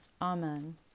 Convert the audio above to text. Amen